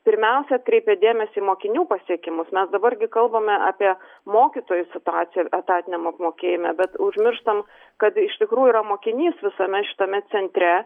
pirmiausia atkreipė dėmesį į mokinių pasiekimus mes dabar gi kalbame apie mokytojų situaciją ir etatiniam apmokėjime bet užmirštam kad iš tikrųjų yra mokinys visame šitame centre